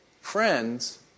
friends